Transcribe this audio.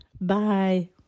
Bye